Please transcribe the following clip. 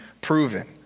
proven